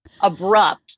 abrupt